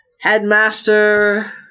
Headmaster